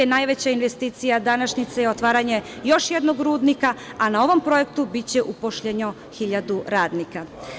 Najveća investicija današnjice je otvaranje još jednog rudnika, a na ovom projektu biće uposleno 1.000 radinka.